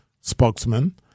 spokesman